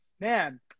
man